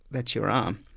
that's your um